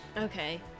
Okay